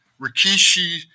Rikishi